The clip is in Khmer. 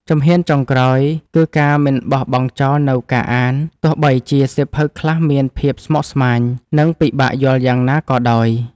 ជំហានចុងក្រោយ គឺការមិនបោះបង់ចោលនូវការអាន ទោះបីជាសៀវភៅខ្លះមានភាពស្មុគស្មាញ និងពិបាកយល់យ៉ាងណាក៏ដោយ។